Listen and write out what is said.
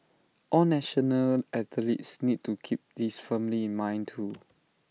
all national athletes need to keep this firmly in mind too